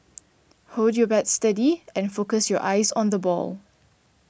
hold your bat steady and focus your eyes on the ball